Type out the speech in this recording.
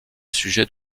sujet